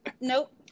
Nope